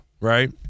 right